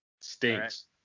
stinks